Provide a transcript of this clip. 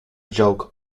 joke